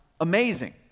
amazing